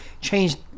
changed